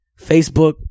Facebook